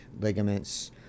ligaments